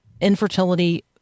infertility